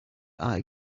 are